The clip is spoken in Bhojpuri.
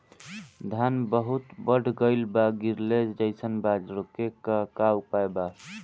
धान बहुत बढ़ गईल बा गिरले जईसन बा रोके क का उपाय बा?